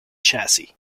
chassis